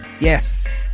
Yes